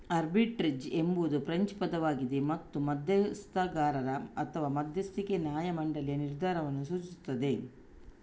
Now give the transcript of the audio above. arbitrage ಎಂಬುದು French ಪದವಾಗಿದೆ ಮತ್ತು ಮಧ್ಯಸ್ಥಗಾರ ಅಥವಾ ಮಧ್ಯಸ್ಥಿಕೆ ನ್ಯಾಯ ಮಂಡಳಿಯ ನಿರ್ಧಾರವನ್ನು ಸೂಚಿಸುತ್ತದೆ